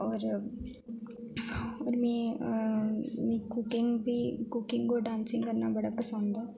होर होर मी मिगी कुकिंग बी कुकिंग होर डांसिंग करना बड़ा पसंद ऐ